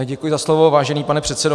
Děkuji za slovo, vážený pane předsedo.